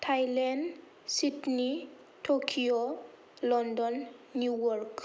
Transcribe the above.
Thailand Sydney Tokyo London New York